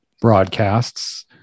broadcasts